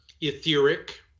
etheric